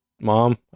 Mom